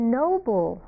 noble